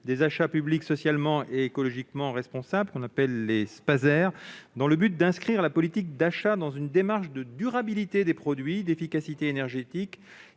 des achats publics socialement et écologiquement responsables, les Spaser, dans le but d'inscrire la politique d'achat dans une démarche de durabilité des produits, d'efficacité énergétique